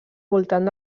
voltant